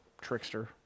trickster